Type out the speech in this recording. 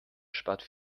spart